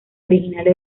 originales